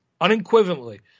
unequivocally